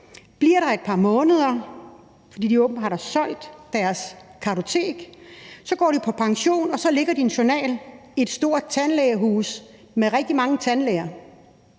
bliver der et par måneder, fordi de åbenbart har solgt deres kartotek, og så går de på pension, og så ligger din journal i et stort tandlægehus med rigtig mange tandlæger.